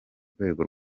rwego